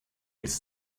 ist